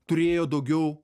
turėjo daugiau